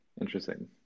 interesting